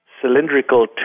cylindrical